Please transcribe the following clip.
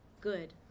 Good